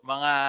Mga